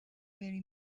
very